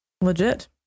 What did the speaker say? legit